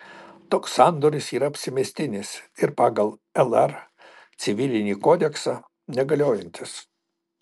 toks sandoris yra apsimestinis ir pagal lr civilinį kodeksą negaliojantis